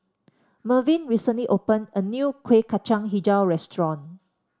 Mervyn recently open a new Kueh Kacang hijau restaurant